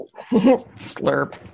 Slurp